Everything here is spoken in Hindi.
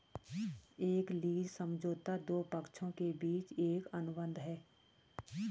एक लीज समझौता दो पक्षों के बीच एक अनुबंध है